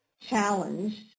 challenged